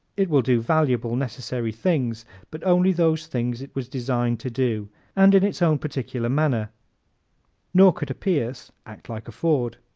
it will do valuable, necessary things but only those things it was designed to do and in its own particular manner nor could a pierce act like a ford.